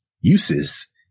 uses